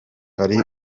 hari